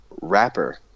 rapper